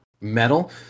Metal